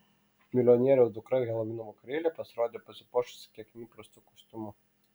milijonieriaus dukra helovino vakarėlyje pasirodė pasipuošusi kiek neįprastu kostiumu